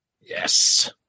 Yes